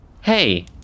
Hey